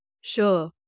Sure